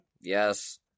Yes